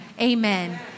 amen